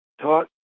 taught